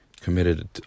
committed